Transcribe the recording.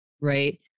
right